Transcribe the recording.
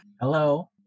Hello